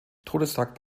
todestag